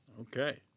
Okay